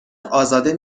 ازاده